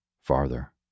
farther